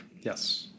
Yes